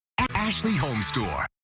ashley homestore.